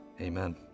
Amen